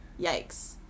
Yikes